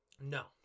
no